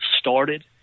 started